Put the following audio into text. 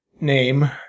name